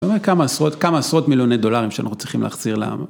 זאת אומרת, כמה עשרות מיליוני דולרים שאנחנו צריכים להחזיר לעם.